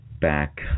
back